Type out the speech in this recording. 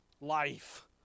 life